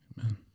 Amen